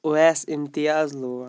Owais Imtiaz لون